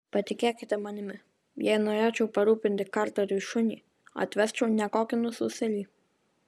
patikėkite manimi jei norėčiau parūpinti karteriui šunį atvesčiau ne tokį nususėlį